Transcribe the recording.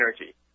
energy